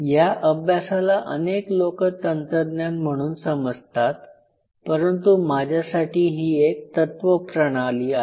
या अभ्यासाला अनेक लोक तंत्रज्ञान म्हणून समजतात परंतु माझ्यासाठी ही एक तत्त्वप्रणाली आहे